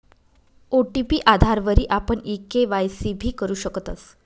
OTP आधारवरी आपण e KYC भी करु शकतस